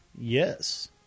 Yes